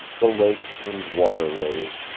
the lakes and waterways,